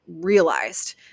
realized